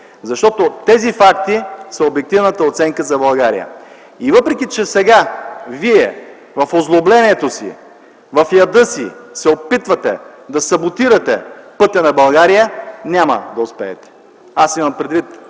защото тези факти са обективната оценка за България. И въпреки че сега вие в озлоблението си, в яда си се опитвате да саботирате пътя на България, няма да успеете! Аз имам предвид